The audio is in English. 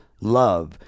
love